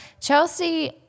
Chelsea